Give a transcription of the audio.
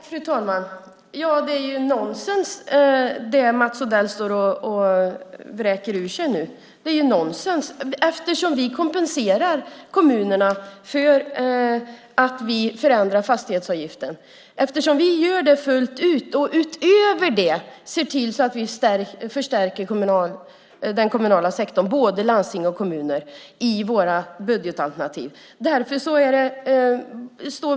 Fru talman! Det är nonsens det Mats Odell står och vräker ur sig. Vi kompenserar kommunerna fullt ut för att vi förändrar fastighetsavgiften. Utöver det ser vi till att förstärka både landsting och kommuner i vårt budgetalternativ.